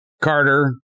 Carter